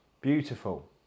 Beautiful